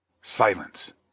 silence